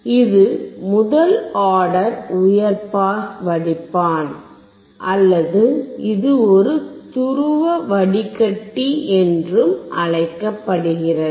இது முதல் ஆர்டர் உயர் பாஸ் வடிப்பான் அல்லது இது ஒரு துருவ வடிகட்டி என்றும் அழைக்கப்படுகிறது